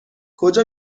کجا